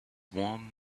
warm